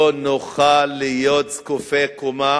לא נוכל להיות זקופי קומה